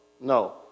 no